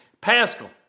Pascal